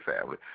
family